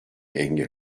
engel